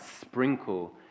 sprinkle